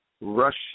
Russia